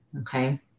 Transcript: okay